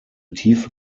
tiefe